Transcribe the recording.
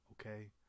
okay